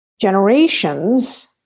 generations